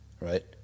right